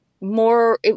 more